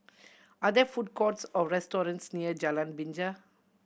are there food courts or restaurants near Jalan Binja